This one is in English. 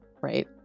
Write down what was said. right